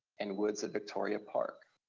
and woods at victoria park.